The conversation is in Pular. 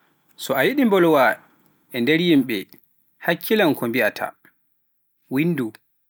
So a yidi mbolwa e nder yimbe hakkilan kom mbiata, winndu.